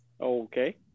Okay